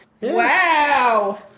Wow